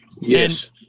Yes